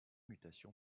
mutation